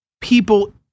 people